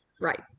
right